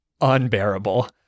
unbearable